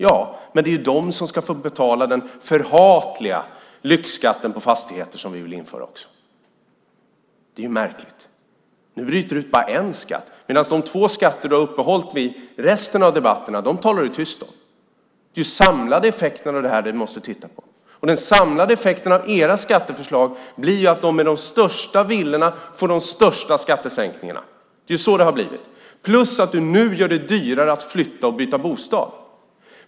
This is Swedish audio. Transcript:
Ja, men det är de som ska få betala den förhatliga lyxskatten på fastigheter som vi vill införa. Det är märkligt att du nu bryter ut bara en skatt, medan du talar tyst om de två skatter som du har uppehållit dig vid i resten av debatterna. Det är den samlade effekten av detta som vi man måste titta på. Den samlade effekten av era skatteförslag blir att de som har de största villorna får de största skattesänkningarna. Det är så det har blivit. Dessutom gör du det nu dyrare att flytta och byta bostad.